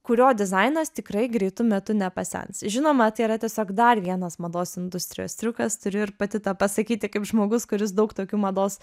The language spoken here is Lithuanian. kurio dizainas tikrai greitu metu nepasens žinoma tai yra tiesiog dar vienas mados industrijos triukas turiu ir pati tą pasakyti kaip žmogus kuris daug tokių mados